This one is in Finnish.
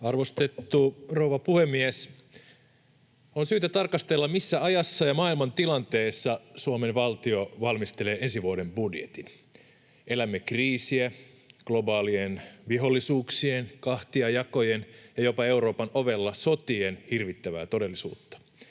Arvostettu rouva puhemies! On syytä tarkastella, missä ajassa ja maailmantilanteessa Suomen valtio valmistelee ensi vuoden budjetin. Elämme kriisiä, globaalien vihollisuuksien, kahtiajakojen ja jopa Euroopan ovella sotien hirvittävää todellisuutta.